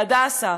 בהדסה?